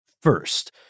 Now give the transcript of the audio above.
first